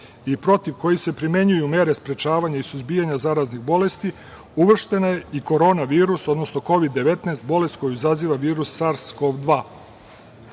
i protiv kojih se primenjuju mere sprečavanja i suzbijanja zaraznih bolesti uvrštena je i korona virus, odnosno Kovid 19, bolest koju izaziva virus SARS-KoV-2.Uvedena